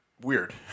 weird